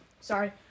Sorry